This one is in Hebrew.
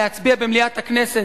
להצביע במליאת הכנסת,